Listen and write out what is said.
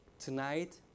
Tonight